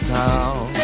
town